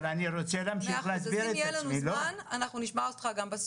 אבל אני רוצה להמשיך להסביר את עצמי.